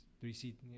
three-seat